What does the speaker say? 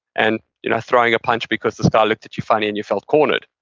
and you know throwing a punch because this guy looked at you funny and you felt cornered.